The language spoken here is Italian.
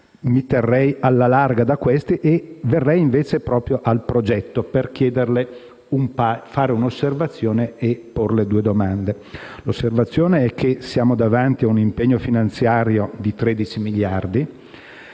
Mi terrei quindi alla larga da queste e verrei invece proprio al progetto per fare un'osservazione e porle due domande. L'osservazione è che siamo davanti a un impegno finanziario di 13 miliardi